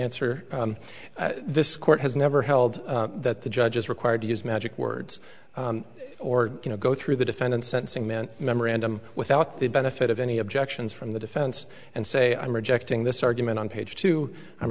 answer this court has never held that the judge is required to use magic words or you know go through the defendant's sentencing meant memorandum without the benefit of any objections from the defense and say i'm rejecting this argument on page two i'm